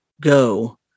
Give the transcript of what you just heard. go